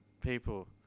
people